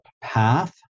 path